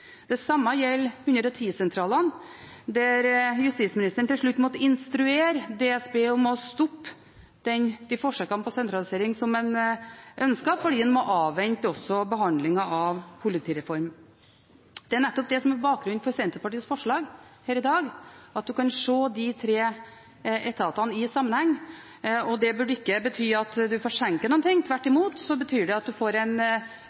Det samme gjelder 110-sentralene, der justisministeren til slutt måtte instruere DSB om å stoppe de forsøkene på sentralisering som man ønsket, fordi man må avvente behandlingen av politireformen. Det er nettopp det som er bakgrunnen for Senterpartiets forslag her i dag, at man kan se de tre etatene i sammenheng. Det burde ikke bety at man forsinker noen ting, tvert imot betyr det at man kan få en